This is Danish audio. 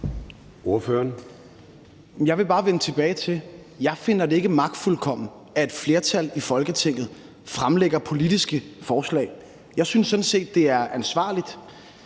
Jeg vil bare vende tilbage til, at jeg ikke finder det magtfuldkomment, at et flertal i Folketinget fremlægger politiske forslag. Jeg synes sådan set, det er ansvarligt.